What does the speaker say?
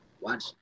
watch